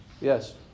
Yes